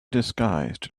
disguised